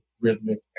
rhythmic